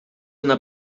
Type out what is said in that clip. una